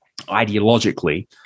ideologically